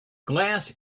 glass